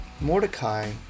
Mordecai